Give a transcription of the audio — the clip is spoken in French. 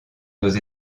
nos